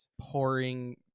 pouring